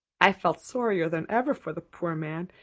i felt sorrier than ever for the poor man.